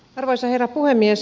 arvoisa herra puhemies